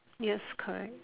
yes correct